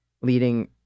Leading